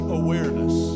awareness